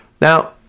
Now